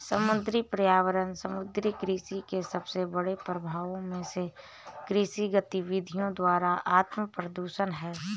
समुद्री पर्यावरण समुद्री कृषि के सबसे बड़े प्रभावों में से कृषि गतिविधियों द्वारा आत्मप्रदूषण है